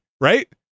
right